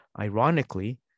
Ironically